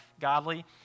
godly